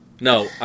No